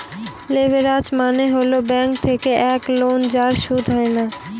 leverage মানে হল bank থেকে এক লোন যার সুদ হয় না